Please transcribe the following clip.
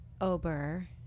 Ober